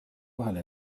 vahele